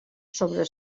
sobre